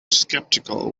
skeptical